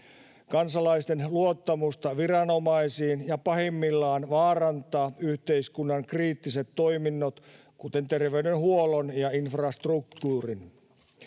kansalaisten luottamusta viranomaisiin ja pahimmillaan vaarantaa yhteiskunnan kriittiset toiminnot, kuten terveydenhuollon ja infrastruktuurin.